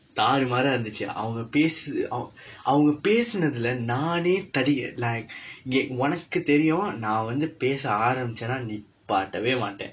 தாள் மாற இருந்தது அவங்க பேசு அவங்க பேசுறதில நானே:thaal mara irundthathu avangka peesu avangka peesurathila naanee like உனக்கு தெரியும் நான் வந்து பேச ஆரம்பித்தால் நிப்பாட்டவே மாட்டேன்:unakku theriyum naan vandthu peesa aarampiththaal nippaatdavee matdeen